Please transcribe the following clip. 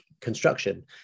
construction